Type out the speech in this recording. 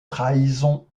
trahison